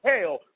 hell